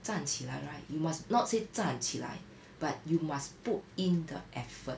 站起来 [right] you must not say 站起来 but you must put in the effort